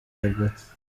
ebola